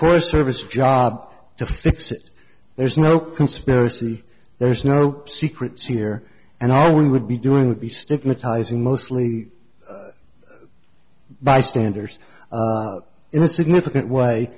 forest service job to fix it there's no conspiracy there's no secrets here and all we would be doing would be stigmatizing mostly bystanders in a significant way